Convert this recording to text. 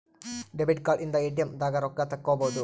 debit card ಇಂದ ATM ದಾಗ ರೊಕ್ಕ ತೆಕ್ಕೊಬೋದು